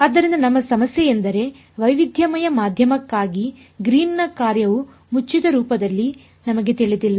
ಆದ್ದರಿಂದ ನಮ್ಮ ಸಮಸ್ಯೆಯೆಂದರೆ ವೈವಿಧ್ಯಮಯ ಮಾಧ್ಯಮಕ್ಕಾಗಿ ಗ್ರೀನ್ನ ಕಾರ್ಯವು ಮುಚ್ಚಿದ ರೂಪದಲ್ಲಿ ನಮಗೆ ತಿಳಿದಿಲ್ಲ